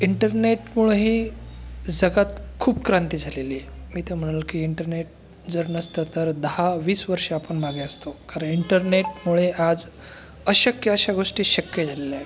इंटरनेटमुळंही जगात खूप क्रांती झालेली आहे मी तर म्हणेल की इंटरनेट जर नसतं तर दहावीस वर्षं आपण मागे असतो कारण इंटरनेटमुळे आज अशक्य अशा गोष्टी शक्य झालेल्या आहेत